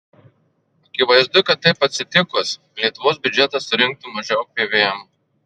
akivaizdu kad taip atsitikus lietuvos biudžetas surinktų mažiau pvm